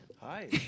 hi